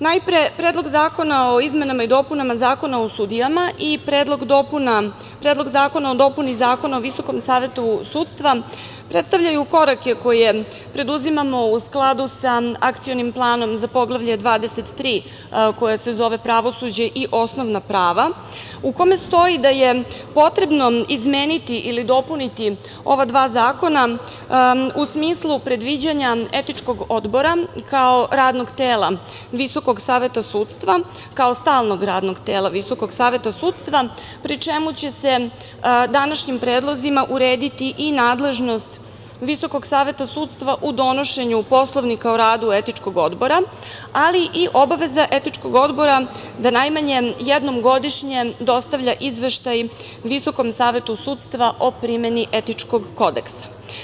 Najpre, predlog zakona o izmenama i dopunama Zakona o sudijama i predlog dopuna, Predlog zakona o dopuni Zakona o VSS, predstavljaju korake koje preduzimamo u skladu sa akcionim planom za Poglavlje 23, koje se zove – Pravosuđe i osnovna prava, u kome stoji da je potrebno izmeniti ili dopuniti ova dva zakona, u smislu predviđanja etičkog odbora, kao radnog tela VSS, kao stalnog radnog tela VSS, pri čemu će se današnjim predlozima urediti i nadležnost VSS, u donošenju Poslovnika o radu etičkog odbora, ali i obaveza etičkog odbora da najmanje jednom godišnje dostavlja izveštaj VSS, o primeni etičkog kodeksa.